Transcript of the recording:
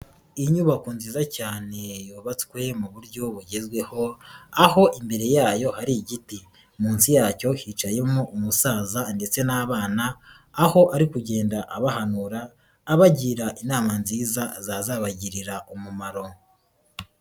Inyubako nziza cyane yubatswe mu buryo bugezweho, aho imbere yayo hari igiti, munsi yacyo hicayemo umusaza ndetse n'abana, aho ari kugenda abahanura, abagira inama nziza zazabagirira umumaro.